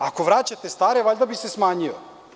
Ako vraćate stare, valjda bi se smanjio?